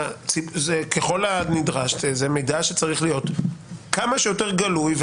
ככל הנדרש זה מידע שצריך להיות כמה שיותר גלוי.